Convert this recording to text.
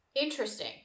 Interesting